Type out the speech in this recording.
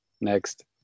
Next